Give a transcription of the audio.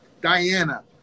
Diana